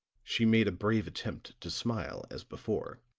she made a brave attempt to smile as before.